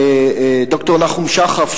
וד"ר נחום שחף,